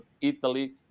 Italy